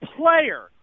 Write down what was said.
player